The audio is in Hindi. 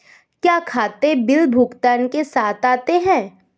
क्या खाते बिल भुगतान के साथ आते हैं?